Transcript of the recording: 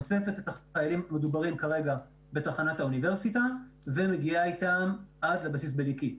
אוספת את החיילים בתחנת האוניברסיטה ומגיעה אתם עד הבסיס בליקית,